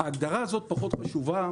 ההגדרה הזאת פחות חשובה.